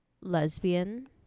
lesbian